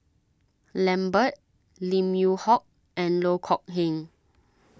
Lambert Lim Yew Hock and Loh Kok Heng